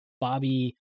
Bobby